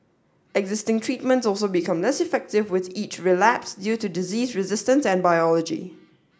existing treatments also become less effective with each relapse due to disease resistance and biology